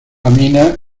amina